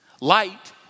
Light